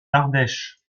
ardèche